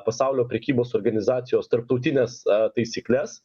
pasaulio prekybos organizacijos tarptautines taisykles